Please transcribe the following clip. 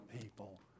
people